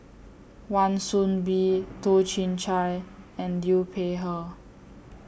Wan Soon Bee Toh Chin Chye and Liu Peihe